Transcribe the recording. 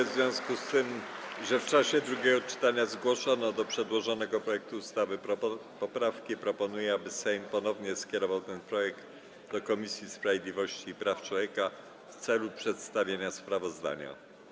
W związku z tym, że w czasie drugiego czytania zgłoszono do przedłożonego projektu ustawy poprawki, proponuję, aby Sejm ponownie skierował ten projekt do Komisji Sprawiedliwości i Praw Człowieka w celu przedstawienia sprawozdania.